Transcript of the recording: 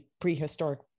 prehistoric